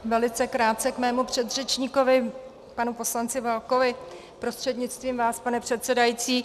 Velice krátce k mému předřečníkovi, k panu poslanci Válkovi prostřednictvím vás, pane předsedající.